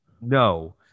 No